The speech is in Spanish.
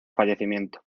fallecimiento